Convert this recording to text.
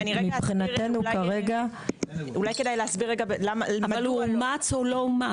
אבל הוא אומץ או לא אומץ?